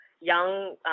young